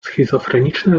schizofreniczne